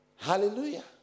Hallelujah